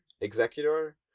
executor